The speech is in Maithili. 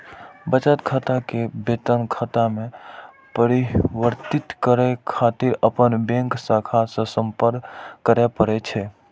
बचत खाता कें वेतन खाता मे परिवर्तित करै खातिर अपन बैंक शाखा सं संपर्क करय पड़ै छै